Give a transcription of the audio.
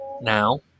now